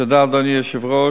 תודה רבה.